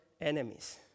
enemies